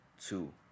two